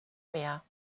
mehr